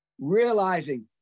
realizing